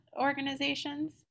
organizations